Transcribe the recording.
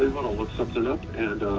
ah what, i'll look something up and